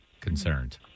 Concerned